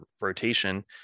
rotation